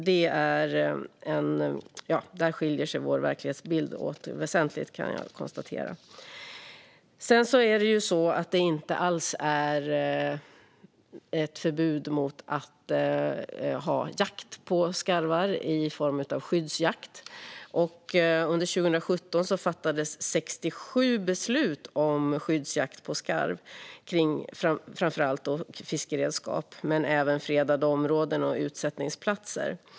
Där kan jag alltså konstatera att vår verklighetsbild skiljer sig åt väsentligt. Det finns inte alls något förbud mot jakt på skarv i form av skyddsjakt. Under 2017 fattades 67 beslut om skyddsjakt på skarv. Besluten gällde framför allt fiskeredskap, men även fredade områden och utsättningsplatser.